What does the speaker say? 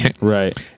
right